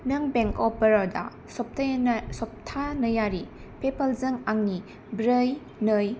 नों bank of Baroda सप्तानैयारि पेपालजों आंनि ब्रै नै